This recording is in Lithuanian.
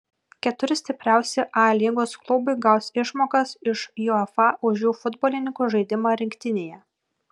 keturi stipriausi a lygos klubai gaus išmokas iš uefa už jų futbolininkų žaidimą rinktinėje